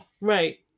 Right